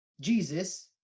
Jesus